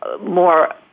more